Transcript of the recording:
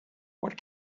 what